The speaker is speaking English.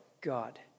God